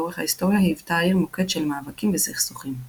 לאורך ההיסטוריה היוותה העיר מוקד של מאבקים וסכסוכים.